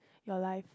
your life